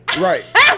Right